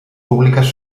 públiques